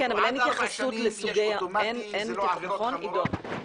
אמרו, עד ארבע שנים זה לא עבירות חמורות.